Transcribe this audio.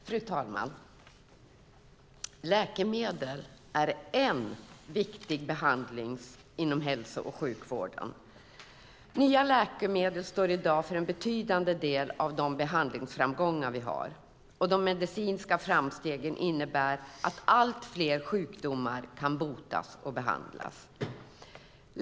Fru talman! Läkemedel är en viktig behandling inom hälso och sjukvården. Nya läkemedel står i dag för en betydande del av de behandlingsframgångar vi har. De medicinska framstegen innebär att allt fler sjukdomar kan botas och behandlas.